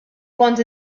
kont